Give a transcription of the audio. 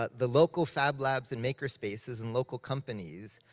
but the local fab labs and maker spaces and local companies,